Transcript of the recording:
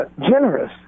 Generous